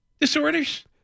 disorders